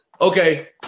okay